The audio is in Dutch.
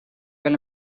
wel